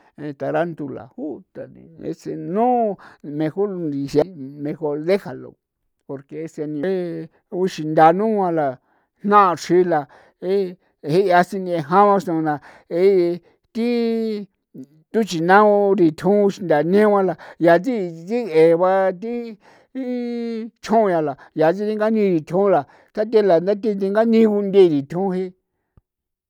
Tarantula uta ese no mejor dejalo porque ese ani uxindaa nuala jna chrii la e je'a sineja sona e ti thuchi naa uritjun xindaa nda neua la yaa ti dige'e ba ti ti chuya la yaa ti tsinga'ni thjo la kathe lantha ti denga'ni gundee tjunji.